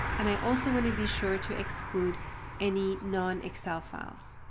and i also want to be sure to exclude any non-excel files.